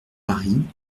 paris